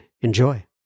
Enjoy